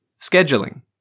Scheduling